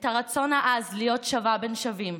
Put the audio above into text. את הרצון העז להיות שווה בין שווים,